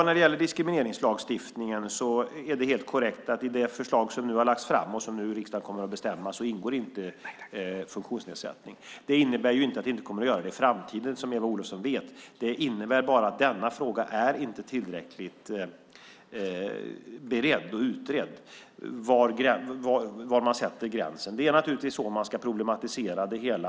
När det gäller diskrimineringslagstiftningen är det helt korrekt att i det förslag som nu har lagts fram och som riksdagen kommer att besluta om ingår inte funktionsnedsättning. Det innebär inte att det inte kommer att göra det i framtiden, som Eva Olofsson vet. Det innebär bara att frågan var man sätter gränsen inte är tillräckligt beredd och utredd. Det är så man ska problematisera det hela.